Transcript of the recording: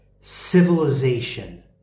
civilization